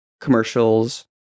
commercials